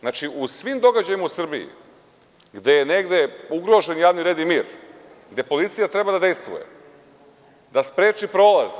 Znači, u svim događajima u Srbiji gde je ugrožen javni red i mir, gde policija treba da dejstvuje, da spreči prolaz…